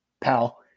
pal